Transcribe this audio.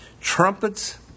Trumpets